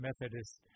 Methodist